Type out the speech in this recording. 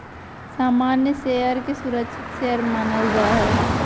सामान्य शेयर के सुरक्षित शेयर मानल जा हय